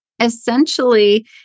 Essentially